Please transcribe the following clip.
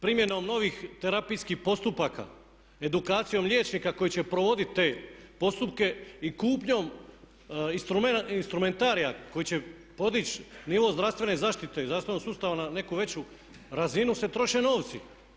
Primjenom novih terapijskih postupaka, edukacijom liječnika koji će provodit te postupke i kupnjom instrumentarija koji će podići nivo zdravstvene zaštite, zdravstvenog sustava na neku veću razinu se troše novci.